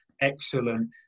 excellent